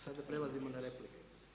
Sada prelazimo na replike.